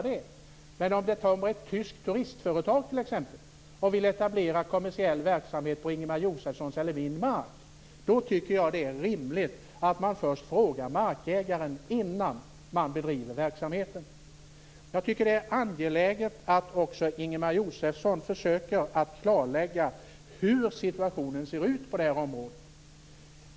Men om det t.ex. kommer ett tyskt turistföretag och vill etablera kommersiell verksamhet på Ingemar Josefssons eller min mark, tycker jag att det är rimligt att man först frågar markägaren innan man bedriver verksamheten. Jag tycker att det är angeläget att också Ingemar Josefsson försöker att klarlägga hur situationen ser ut på det här området.